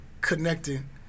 connecting